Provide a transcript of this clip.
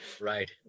Right